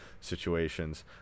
situations